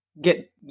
get